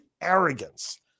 arrogance